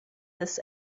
this